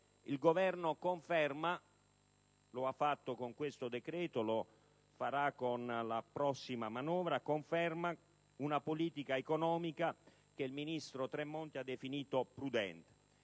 il Governo conferma - lo ha fatto con questo decreto e lo farà con la prossima manovra - una politica economica che il ministro Tremonti ha definito prudente.